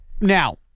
Now